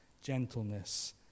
gentleness